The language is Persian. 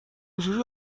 جوری